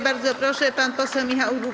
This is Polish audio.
Bardzo proszę, pan poseł Michał